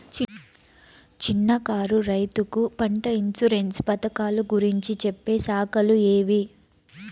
చిన్న కారు రైతుకు పంట ఇన్సూరెన్సు పథకాలు గురించి చెప్పే శాఖలు ఏవి?